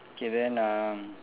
okay then uh